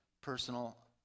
personal